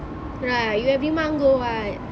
right you every month go [what]